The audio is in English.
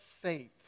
faith